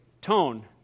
tone